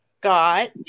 got